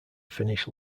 finnish